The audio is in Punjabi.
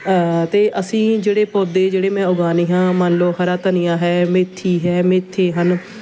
ਅਤੇ ਅਸੀਂ ਜਿਹੜੇ ਪੌਦੇ ਜਿਹੜੇ ਮੈਂ ਉਗਾਉਂਦੀ ਹਾਂ ਮੰਨ ਲਓ ਹਰਾ ਧਨੀਆ ਹੈ ਮੇਥੀ ਹੈ ਮੇਥੇ ਹਨ